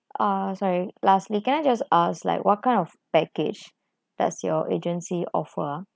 uh sorry lastly can I just ask like what kind of package does your agency offer